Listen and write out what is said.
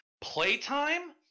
playtime